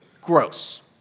gross